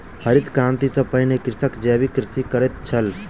हरित क्रांति सॅ पहिने कृषक जैविक कृषि करैत छल